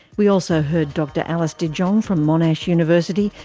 we also heard dr alice de jonge from monash university,